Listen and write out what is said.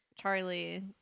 Charlie